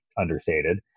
understated